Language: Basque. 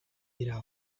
dira